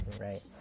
right